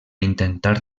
intentar